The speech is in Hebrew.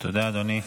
תודה, אדוני.